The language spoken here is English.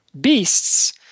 beasts